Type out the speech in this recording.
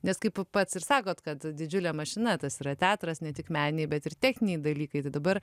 nes kaip pats ir sakot kad didžiulė mašina tas yra teatras ne tik meniniai bet ir techniniai dalykai tai dabar